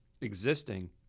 existing